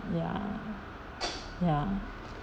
ya ya